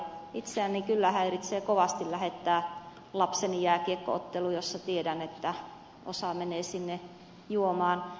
itseäni kyllä häiritsee kovasti lähettää lapseni jääkiekko otteluun josta tiedän että osa menee sinne juomaan